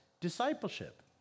discipleship